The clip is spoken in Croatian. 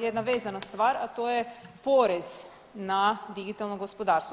jedna vezana stvar, a to je porez na digitalno gospodarstvo.